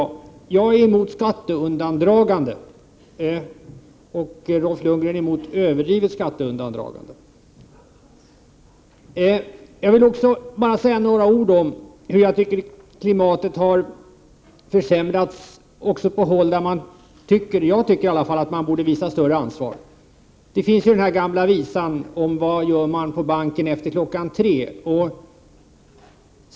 Jag är förvissa reaförluster, m.m. emot skatteundandragande, och Bo Lundgren är emot överdrivet skatteundandragande. Jag vill säga några ord om hur jag tycker att klimatet har försämrats på ett håll, där i alla fall jag tycker att man borde visa större ansvar. Det finns ju den gamla visan om vad man gör på banken efter klockan tre.